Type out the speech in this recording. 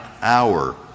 hour